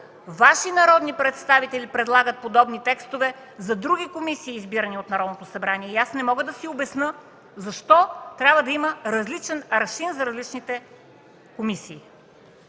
Ваши народни представители предлагат подобни текстове за други комисии, избирани от Народното събрание. И аз не мога да си обясня защо трябва да има различен аршин за различните комисии.